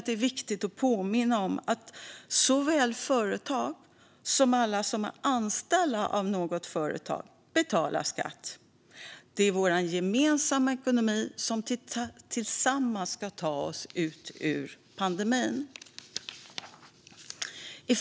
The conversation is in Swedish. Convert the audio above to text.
Det är viktigt att påminna om att såväl företag som alla som är anställda av något företag betalar skatt. Det är vår gemensamma ekonomi som ska ta oss tillsammans ur pandemin.